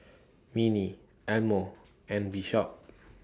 Minnie Elmo and Bishop